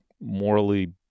morally